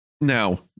now